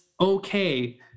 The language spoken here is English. okay